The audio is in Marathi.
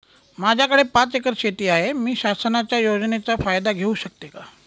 माझ्याकडे पाच एकर शेती आहे, मी शासनाच्या योजनेचा फायदा घेऊ शकते का?